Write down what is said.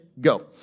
Go